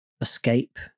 escape